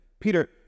Peter